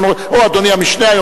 או אדוני המשנה,